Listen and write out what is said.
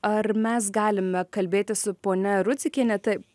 ar mes galime kalbėti su ponia rudzikiene taip